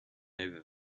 over